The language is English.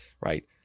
Right